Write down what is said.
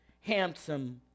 handsome